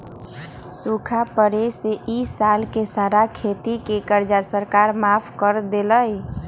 सूखा पड़े से ई साल के सारा खेती के कर्जा सरकार माफ कर देलई